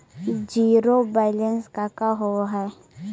Zero balance का होव हइ?